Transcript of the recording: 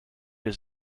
his